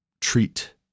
treat